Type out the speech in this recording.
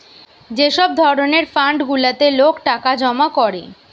যে সব ধরণের ফান্ড গুলাতে লোক টাকা জমা করে